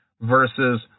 versus